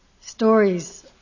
stories